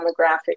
demographic